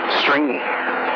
stringy